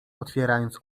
otwierając